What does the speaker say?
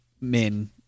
men